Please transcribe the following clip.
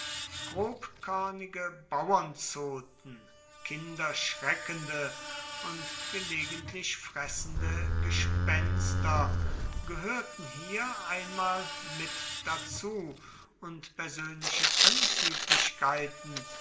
grobkörnige bauernzoten kinder schreckende und gelegentlich fressende gespenster gehörten hier einmal mit dazu und persönliche anzüglichkeiten